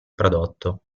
prodotto